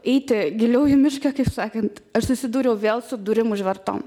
eiti giliau į mišką kaip sakant aš susidūriau vėl su durim užvertom